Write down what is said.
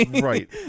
Right